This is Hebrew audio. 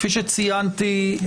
כפי שציינתי,